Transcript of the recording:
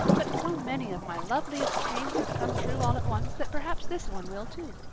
but so many of my loveliest dreams have come true all at once that perhaps this one will, too.